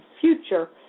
future